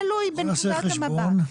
נעשה חשבון.